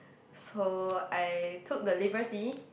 so I took the liberty